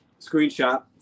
screenshot